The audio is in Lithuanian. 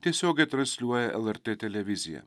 tiesiogiai transliuoja lrt televizija